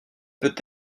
peut